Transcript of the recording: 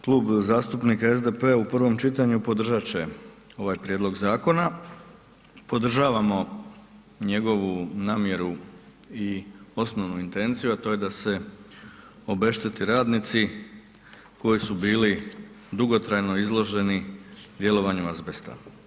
Klub zastupnika SDP-a u prvom čitanju podržat će ovaj prijedlog zakona, podržavamo njegovu namjeru i osnovnu intenciju a to je da se obešteti radnici koji su bili dugotrajno izloženi djelovanju azbesta.